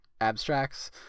abstracts